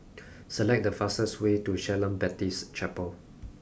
select the fastest way to Shalom Baptist Chapel